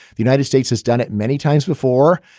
the united states has done it many times before.